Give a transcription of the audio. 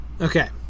Okay